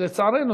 ולצערנו,